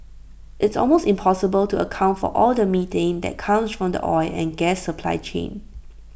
it's almost impossible to account for all the methane that comes from the oil and gas supply chain